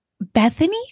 Bethany